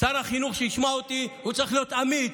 שר החינוך, שישמע אותי, הוא צריך להיות אמיץ,